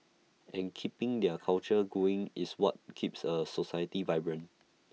and keeping their culture going is what keeps A society vibrant